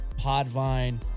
Podvine